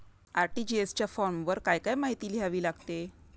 RTGS च्या फॉर्मवर काय काय माहिती लिहावी लागते?